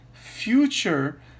future